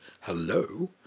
hello